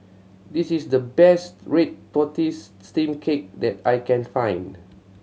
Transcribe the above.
this is the best red tortoise steamed cake that I can find